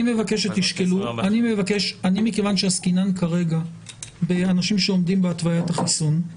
מכיוון שעסקינן כרגע באנשים שעומדים בהתווית החיסון,